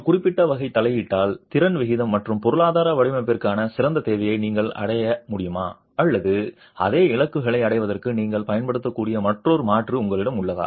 ஒரு குறிப்பிட்ட வகை தலையீட்டால் திறன் விகிதம் மற்றும் பொருளாதார வடிவமைப்பிற்கான சிறந்த தேவையை நீங்கள் அடைய முடியுமா அல்லது அதே இலக்குகளை அடைவதற்கு நீங்கள் பயன்படுத்தக்கூடிய மற்றொரு மாற்று உங்களிடம் உள்ளதா